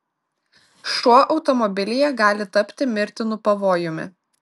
šuo automobilyje gali tapti mirtinu pavojumi